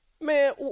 Man